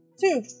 two